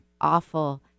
Awful